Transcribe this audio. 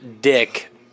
dick